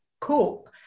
cope